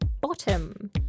bottom